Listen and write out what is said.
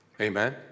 Amen